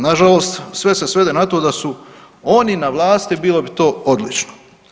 Na žalost, sve se svede na to da su oni na vlasti bilo bi to odlično.